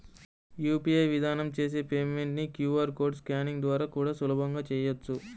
UPI విధానం చేసే payment ని క్యూ.ఆర్ కోడ్ స్కానింగ్ ద్వారా కూడా సులభంగా చెయ్యొచ్చు